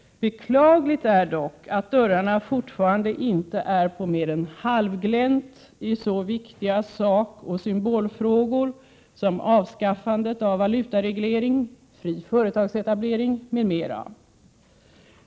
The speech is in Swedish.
Beklagligt är dock att dörrarna fortfarande inte är på mer än halvglänt i så viktiga sakoch symbolfrågor som avskaffandet av valutaregleringen, fri företagsetablering m.m.